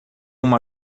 uma